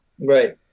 right